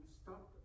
stop